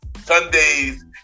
Sundays